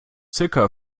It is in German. circa